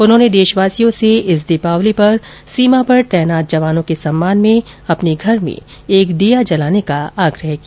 उन्होंने देशवासियों से इस दीपावली पर सीमा पर तैनात जवानों के सम्मान में अपने घर में एक दिया जलाने का आग्रह किया